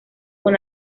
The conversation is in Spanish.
con